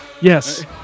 yes